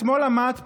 אתמול עמד פה,